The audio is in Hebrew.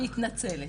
מתנצלת.